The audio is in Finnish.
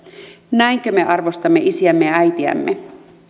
näinkö me arvostamme isiämme ja äitejämme